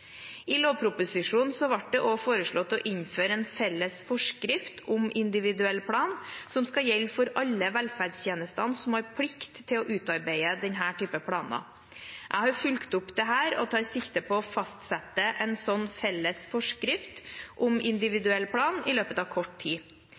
I lovproposisjonen ble det også foreslått å innføre en felles forskrift om individuell plan som skal gjelde for alle velferdstjenestene som har plikt til å utarbeide slike planer. Jeg har fulgt opp dette og tar sikte på å fastsette en slik felles forskrift om